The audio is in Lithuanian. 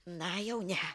na jau ne